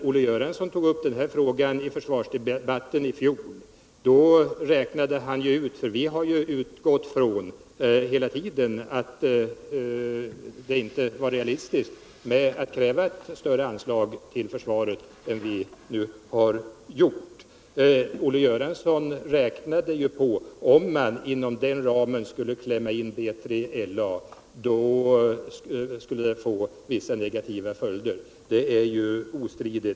Vi har hela tiden utgått från att det inte var realistiskt att kräva ett större anslag till försvaret än vad vi nu har gjort. Olle Göransson räknade i fjolårets försvarsdebatt ut att vissa negativa konsekvenser skulle uppstå, om man försökte klämma in B3LA inom den fastställda anslagsramen.